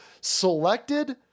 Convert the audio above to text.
selected